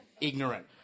Ignorant